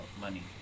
money